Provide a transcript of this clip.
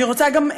גם,